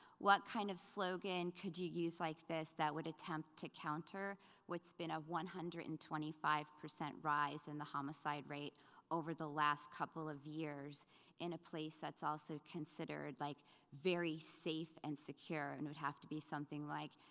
what kind of slogan could you use like this that would attempt to counter what's been a one hundred and twenty five percent rise in the homicide rate over the last couple of years in a place that's also considered like very safe and secure and it would have to be something like,